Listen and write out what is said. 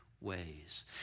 Ways